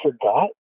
forgot